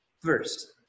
First